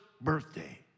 birthday